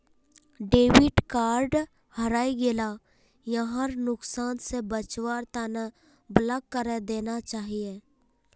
debit card हरई गेला यहार नुकसान स बचवार तना ब्लॉक करे देना चाहिए